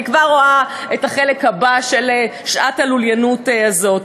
אני כבר רואה את החלק הבא של שעת הלוליינות הזאת.